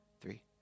three